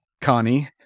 Connie